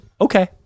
okay